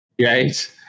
right